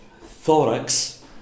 thorax